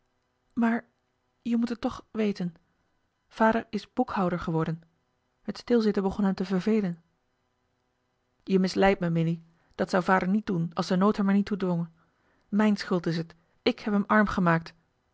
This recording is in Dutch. maar je moet het toch weten vader is boekhouder geworden het stilzitten begon hem te vervelen je misleidt me milie dat zou vader niet doen als de nood hem er niet toe dwong mijne schuld is het ik heb hem arm gemaakt